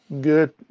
good